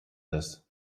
this